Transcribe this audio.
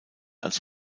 als